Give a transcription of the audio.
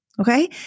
Okay